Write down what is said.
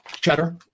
cheddar